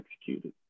executed